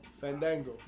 Fandango